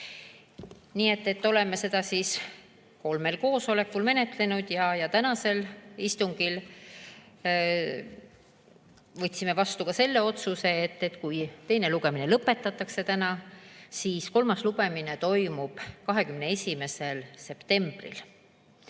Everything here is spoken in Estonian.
Nii et oleme seda kolmel koosolekul menetlenud ja tänasel istungil võtsime vastu ka selle otsuse, et kui teine lugemine lõpetatakse täna, siis kolmas lugemine toimub 21. septembril.